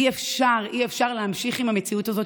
אי-אפשר, אי-אפשר להמשיך עם המציאות הזאת.